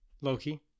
loki